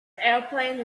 airplane